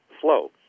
flow